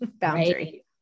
Boundary